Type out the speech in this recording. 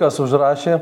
kas užrašė